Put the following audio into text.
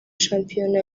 shampiyona